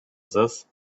this